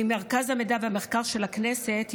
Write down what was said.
מרכז המידע והמחקר של הכנסת,